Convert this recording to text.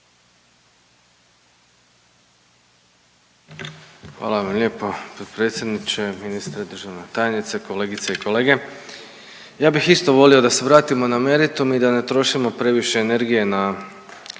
Hvala vam lijepo potpredsjedniče. Ministre, državna tajnice, kolegice i kolege, ja bih isto volio da se vratimo na meritum i da ne trošimo previše energije na